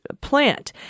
plant